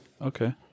Okay